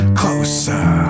closer